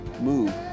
move